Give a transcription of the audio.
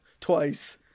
twice